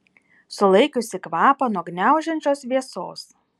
sulaikiusi kvapą nuo gniaužiančios vėsos